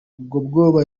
ubwoba